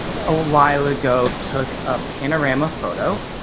a while ago, took a panorama photo.